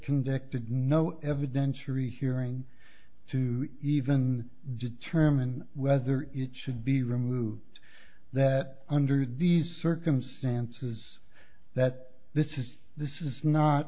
convicted no evidentiary hearing to even determine whether it should be removed that under these circumstances that this is this is not